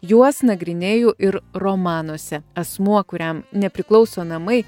juos nagrinėju ir romanuose asmuo kuriam nepriklauso namai